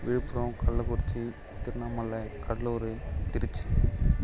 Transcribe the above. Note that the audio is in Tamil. விழுப்புரம் கள்ளக்குறிச்சி திருவண்ணாமலை கடலூர் திருச்சி